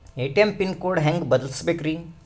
ATM pin code ಹೆಂಗ್ ಬದಲ್ಸ್ಬೇಕ್ರಿ?